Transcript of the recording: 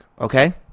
okay